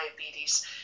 diabetes